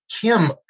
Kim